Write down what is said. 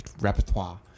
repertoire